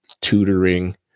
tutoring